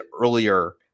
earlier